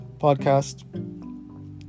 podcast